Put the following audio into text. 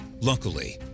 Luckily